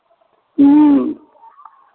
ह्म्म